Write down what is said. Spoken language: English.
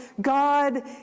God